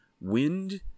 wind